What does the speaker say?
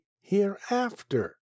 hereafter